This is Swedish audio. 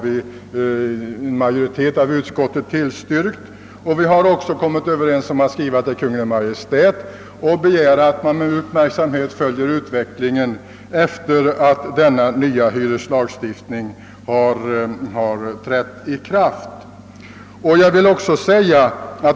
En majoritet i utskottet har tillstyrkt detta yrkande. Vi har också kommit överens om att hemställa att riksdagen i skrivelse till Kungl. Maj:t skall begära att utvecklingen efter det att den nya hyreslagstiftningen trätt i kraft uppmärksamt följes.